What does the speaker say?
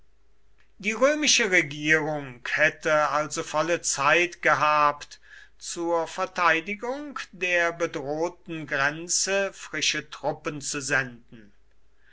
die römische regierung hätte also volle zeit gehabt zur verteidigung dar bedrohten grenze frische truppen zu senden